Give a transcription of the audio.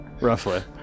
roughly